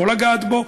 לא לגעת בו,